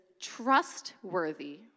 trustworthy